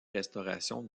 restaurations